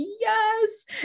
yes